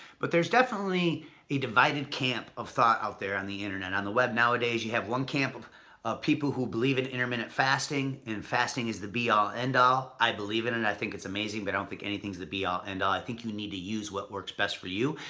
but there's definitely a divided camp of thought out there on the internet. on the web nowadays, you have one camp of people who believe in intermittent fasting, and fasting is the be all, end all. i believe in it. and i think it's amazing, but i don't think anything is the be all, end all. i think you need to use what works best for you.